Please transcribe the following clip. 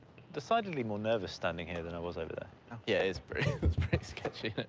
decidedly more nervous standing here than i was over there. yeah, it is pretty it's pretty sketchy.